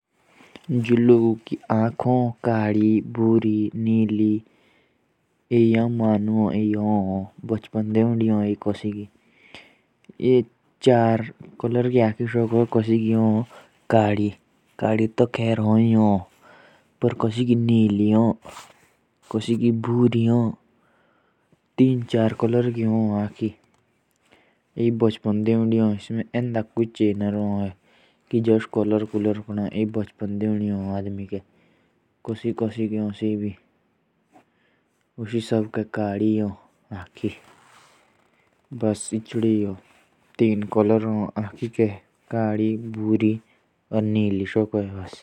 जो आंखे होती हैं। वो अलग अलग कुलर की होती हैं। वो बचपन से ही होती हैं। क्योंकि आखों पे पेंट नहीं कर सकते।